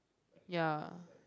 ya